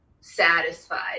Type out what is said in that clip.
satisfied